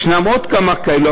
ישנם עוד כמה כאלה,